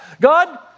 God